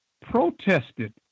protested